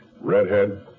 Redhead